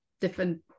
different